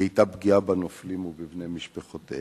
היתה פגיעה בזכר הנופלים ובבני משפחותיהם.